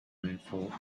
rainfall